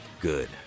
good